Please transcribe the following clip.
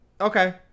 Okay